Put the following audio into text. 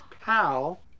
pal